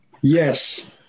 Yes